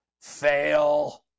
Fail